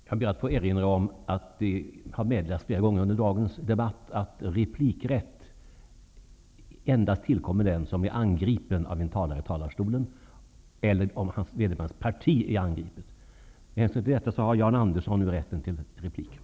Jag ber att få erinra om att det flera gånger under dagens debatt har meddelats att replikrätt endast tillkommer den som blir angripen av en talare eller den vars parti blir angripet. Med hänsyn till det har